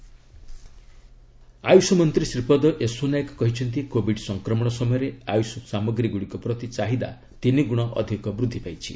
AYUSH products AYUSH ମନ୍ତ୍ରୀ ଶ୍ରୀପଦ ୟେସୋ ନାଏକ କହିଛନ୍ତି Covid ସଂକ୍ରମଣ ସମୟରେ ଆୟୁଷ୍ ସାମଗ୍ରୀଗୁଡ଼ିକ ପ୍ରତି ଚାହିଦା ତିନି ଗୁଣ ଅଧିକ ବୃଦ୍ଧି ପାଇଛି